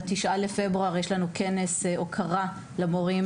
ב-9 בפברואר נכנס כנס הוקרה למורים